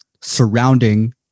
surrounding